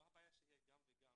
מה הבעיה שיהיה גם וגם?